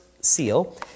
seal